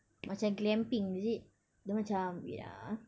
macam glamping is it dia macam wait ah